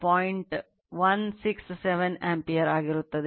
167 ampere ಆಗಿರುತ್ತದೆ